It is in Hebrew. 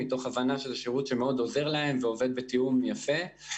מתוך הבנה שזה שירות שעוזר להם מאוד ועובד בתיאום בצורה יפה.